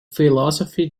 philosophy